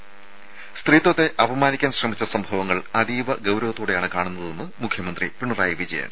ത സ്ത്രീത്വത്തെ അപമാനിക്കാൻ ശ്രമിച്ച സംഭവങ്ങൾ അതീവ ഗൌരവത്തോടെയാണ് കാണുന്നതെന്ന് മുഖ്യമന്ത്രി പിണറായി വിജയൻ